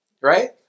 Right